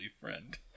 Friend